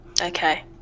Okay